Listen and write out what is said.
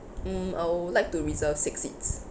mm I would like to reserve six seats